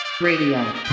Radio